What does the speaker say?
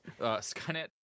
Skynet